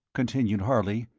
continued harley,